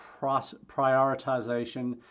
prioritization